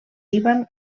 líban